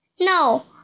No